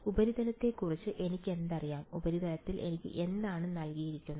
ഉപരിതലത്തെക്കുറിച്ച് എനിക്കെന്തറിയാം ഉപരിതലത്തിൽ എനിക്ക് എന്താണ് നൽകിയിരിക്കുന്നത്